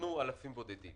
ונקנו אלפים בודדים.